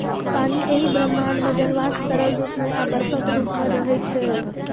पानि एहि ब्रह्मांड मे जल वाष्प, तरल रूप मे आ बर्फक रूप मे रहै छै